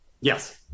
Yes